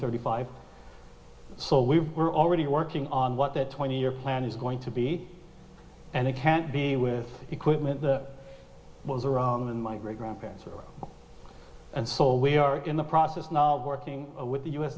thirty five so we were already working on what that twenty year plan is going to be and it can't be with equipment that was around when my great grandparents are and so we are in the process now working with the u